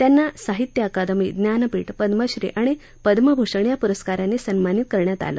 त्यांना साहित्य अकादमी ज्ञानपीठ पद्यश्री आणि पद्यभूषण या पुरस्कारांनी सन्मानित करण्यात आलं